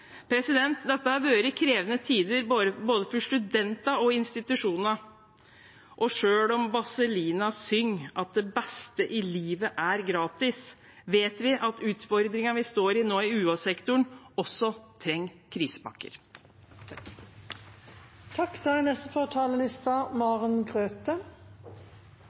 Dette har vært krevende tider for både studentene og institusjonene. Og selv om Vazelina synger at «det bæste i livet er gratis», vet vi at utfordringene vi står i nå i UH-sektoren, også trenger krisepakker.